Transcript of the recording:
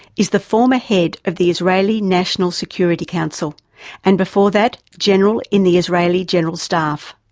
is the former head of the israeli national security council and before that general in the israeli general staff.